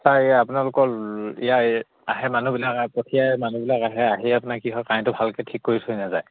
sir এই আপোনালোকৰ ইয়াৰ আহে মানুহবিলাক পঠিয়াই মানুহবিলাক আহে আহি আপোনাৰ কি হয় কাৰেণ্টটো ভালকৈ ঠিক কৰি থৈ নাযায়